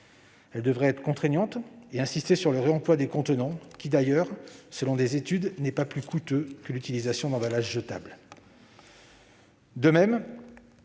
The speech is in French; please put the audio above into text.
Celle-ci devrait être contraignante, et insister sur le réemploi des contenants, qui, selon des études, n'est pas plus coûteux que l'utilisation d'emballages jetables. De même,